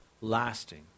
lasting